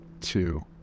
two